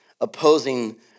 opposing